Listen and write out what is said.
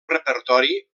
repertori